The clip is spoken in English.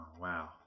wow